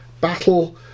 battle